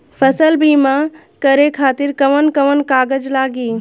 फसल बीमा करे खातिर कवन कवन कागज लागी?